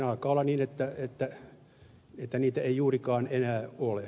alkaa olla niin että niitä ei juurikaan enää ole